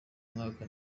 mwaka